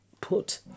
Put